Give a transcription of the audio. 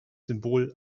symbol